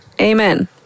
Amen